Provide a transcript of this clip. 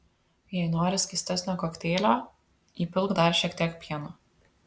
jei nori skystesnio kokteilio įpilk dar šiek tiek pieno